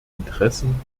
interessen